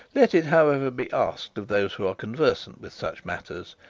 let it, however, be asked of those who are conversant with such matters,